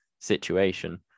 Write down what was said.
situation